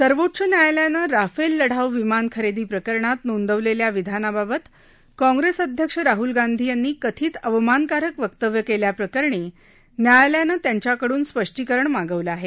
सर्वोच्च न्यायालयानं राफेल लढाऊ विमान खरेदी प्रकरणात नोंदवलेल्या विधानाबाबत काँग्रेस अध्यक्ष राहल गांधी यांनी कथित अवमानकारक वक्तव्य केल्याप्रकरणी न्यायालयानं त्यांच्याकडन स्पष्टीकरण मागवलं आहे